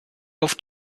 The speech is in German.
auf